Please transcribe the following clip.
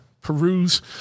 peruse